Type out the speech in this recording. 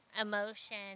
emotion